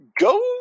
go